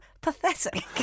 pathetic